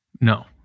No